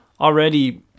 Already